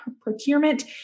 procurement